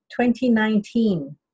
2019